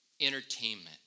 entertainment